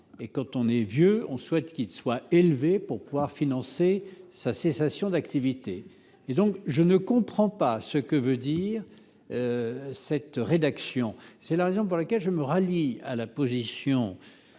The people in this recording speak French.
et quand on est vieux, on souhaite qu'il soit élevé, pour pouvoir financer sa cessation d'activité. Par conséquent, je ne comprends pas la rédaction de cet amendement. C'est la raison pour laquelle je me rallierai à la position